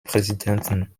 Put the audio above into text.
präsidenten